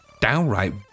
downright